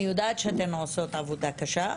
אני יודעת שאתן עושות עבודה קשה,